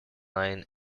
line